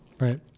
Right